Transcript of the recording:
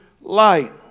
light